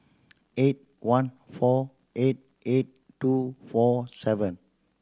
eight one four eight eight two four seven